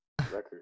record